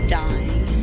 dying